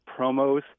promos